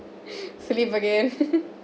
sleep again